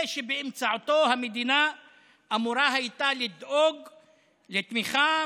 זה שבאמצעותו המדינה אמורה הייתה לדאוג לתמיכה,